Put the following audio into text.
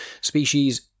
species